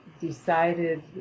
decided